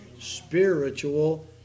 Spiritual